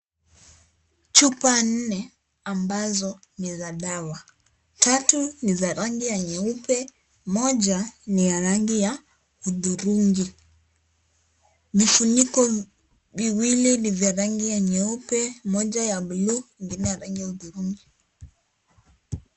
Chupa nne ambazo ni za dawa. Tatu ni za rangi ya nyeupe, moja ni ya rangi ya udhurungi. Vifuniko viwili ni vya rangi ya nyeupe, moja ya blue , ingine ya rangi ya udhurungi.